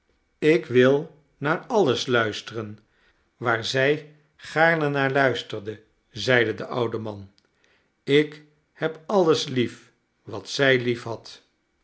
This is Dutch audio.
ik wil naar alles luisteren waar zij gaarne naar luisterde zeide de oude man ik heb alles lief wat zij liefhad